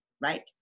right